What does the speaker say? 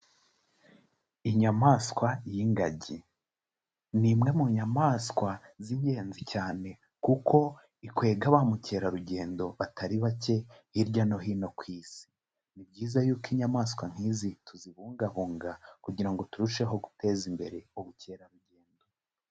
Inyamaswa y'ingagi. Ni imwe mu nyamaswa z'ingenzi cyane kuko ikwega ba mukerarugendo batari bake hirya no hino ku isi. Ni byiza yuko inyamaswa nk'izi tuzibungabunga kugira ngo turusheho guteza imbere ubukerarugendo.